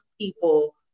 people